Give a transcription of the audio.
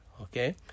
okay